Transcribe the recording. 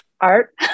Art